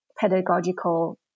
pedagogical